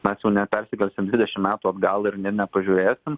mes jau nepersikelsim dvidešim metų atgal ir ne nepažiūrėsim